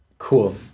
Cool